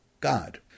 God